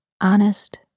honest